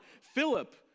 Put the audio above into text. Philip